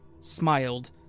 smiled